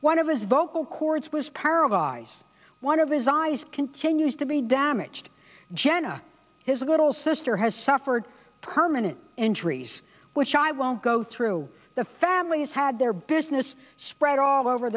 one of his vocal cords was paralyzed one of his eyes continues to be damaged jenna his little sister has suffered permanent injuries which i won't go through the family has had their business spread all over